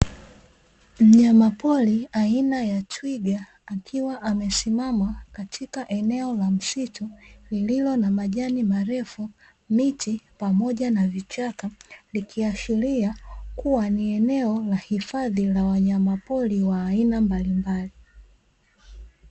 Mnyamapori aina ya twiga akiwa amesimama katika eneo la msitu lililo na majana marefu, miti pamoja na vichaka; likiashiria kuwa ni eneo la hifadhi la wanyamapori wa aina mbalimbali.